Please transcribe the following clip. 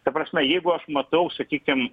ta prasme jeigu aš matau sakykim